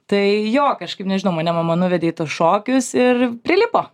tai jo kažkaip nežinau mane mama nuvedė į tuos šokius ir prilipo